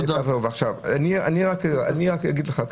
אני רק אגיד לך,